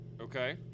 Okay